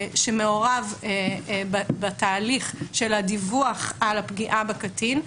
שמעורב בתהליך של הדיווח על הפגיעה בקטין.